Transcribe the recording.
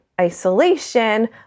isolation